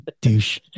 Douche